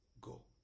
go